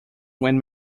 when